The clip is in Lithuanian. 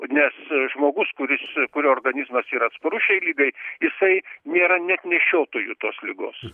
nes žmogus kuris kurio organizmas yra atsparus šiai ligai jisai nėra net nešiotoju tos ligos